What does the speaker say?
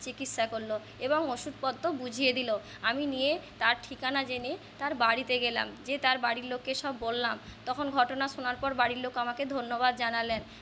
চিকিৎসা করলো এবং ওষুধপত্র বুঝিয়ে দিল আমি নিয়ে তার ঠিকানা জেনে তার বাড়িতে গেলাম যেয়ে তার বাড়ির লোককে সব বললাম তখন ঘটনা শোনার পর বাড়ির লোক আমাকে ধন্যবাদ জানালেন